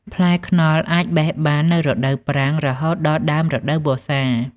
ផ្លែខ្នុរអាចបេះបាននៅរដូវប្រាំង រហូតដល់ដើមរដូវវស្សា។